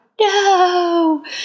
no